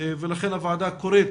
ולכן הוועדה קוראת